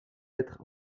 être